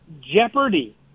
Jeopardy